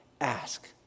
ask